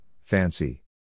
fancy